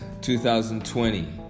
2020